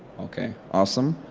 okay, awesome,